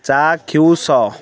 ଚାକ୍ଷୁଷ